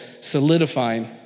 solidifying